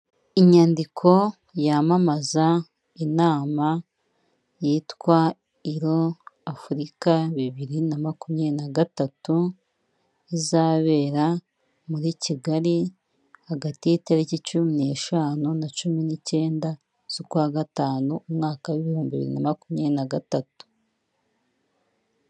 Inyandiko yamamaza inama yitwa Iro Afurika bibiri na makumyabiri na gatatu, izabera muri Kigali hagati y'itariki cumi n'eshanu na cumi n'icyenda z'ukwa gatanu umwaka w'ibihumbi bibiri na makumyabiri na gatatu.